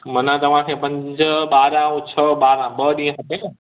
मन तव्हांखे पंज बारहं ऐं छह बारहं ॿ ॾींहं खपे न